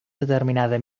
determinada